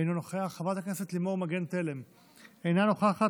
אינו נוכח,